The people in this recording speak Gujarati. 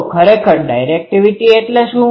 તો ખરેખર ડાયરેક્ટિવિટી એટલે શું